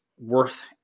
worth